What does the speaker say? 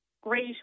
great